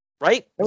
Right